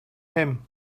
him